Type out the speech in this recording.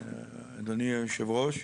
אדוני היו"ר,